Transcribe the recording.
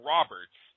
Roberts